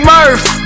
Murph